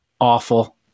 awful